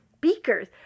beakers